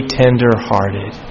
tender-hearted